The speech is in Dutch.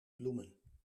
bloemen